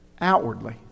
outwardly